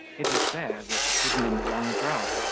it was there that, hidden in the long grass,